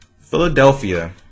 Philadelphia